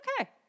okay